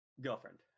girlfriend